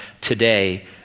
today